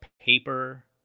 paper